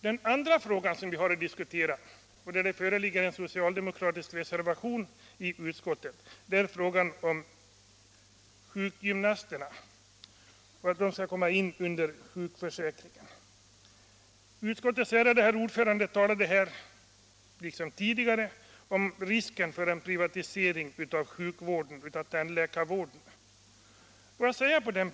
Den andra fråga som vi har att diskutera gäller förslaget att sjukgymnasterna skall komma in under sjukförsäkringen. Här finns en socialdemokratisk reservation. Utskottets ärade herr ordförande talade nu, liksom tidigare, om risken för en privatisering av sjukvården och tandvården.